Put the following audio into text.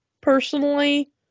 personally